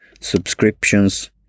subscriptions